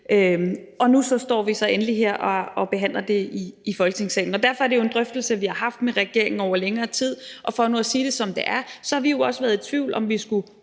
og nu står vi så endelig her og behandler det i Folketingssalen. Det er en drøftelse, vi har haft med regeringen over længere tid, og for nu at sige det, som det er, har vi jo også været i tvivl, om vi skulle